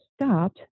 stopped